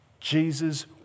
Jesus